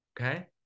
Okay